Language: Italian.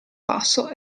passo